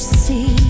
see